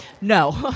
no